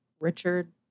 Richard